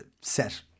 set